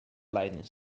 lightning